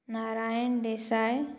Narayan Desai